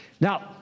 Now